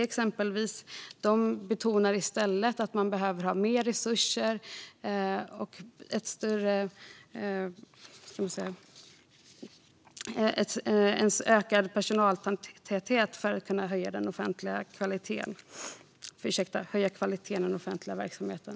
Exempelvis ST betonar att det som i stället behövs är mer resurser och ökad personaltäthet för att man ska kunna höja kvaliteten i den offentliga verksamheten.